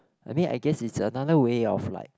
I mean I guess it's another way of like